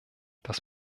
das